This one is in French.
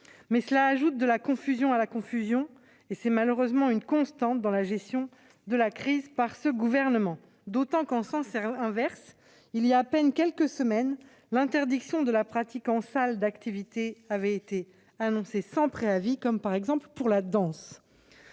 mais cela ajoute de la confusion à la confusion- c'est malheureusement une constante dans la gestion de la crise par ce gouvernement -, d'autant qu'en sens inverse, il y a quelques semaines à peine, l'interdiction de la pratique d'activités en salle avait été annoncée sans préavis, ce qui a par exemple affecté la danse.